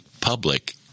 public